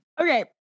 Okay